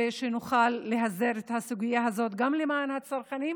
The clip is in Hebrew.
כדי שנוכל להסדיר את הסוגיה הזאת גם למען הצרכנים,